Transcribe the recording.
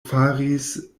faris